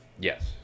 Yes